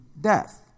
death